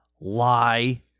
Lie